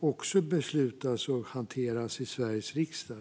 också beslutas och hanteras i Sveriges riksdag.